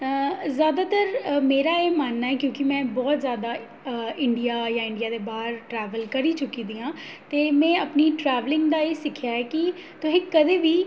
अऽ ज़्यादातर मेरा एह् मानना ऐ क्योंकि में बहुत ज्यादा इंडिया या इंडिया दे बाह्र ट्रैवल करी चुकी दी आं ते में अपनी ट्रैवलिंग दा एह् सिक्ख ऐ कि तु'हेंई कदें बी